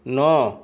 ন